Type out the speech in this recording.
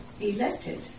elected